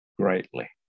greatly